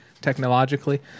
technologically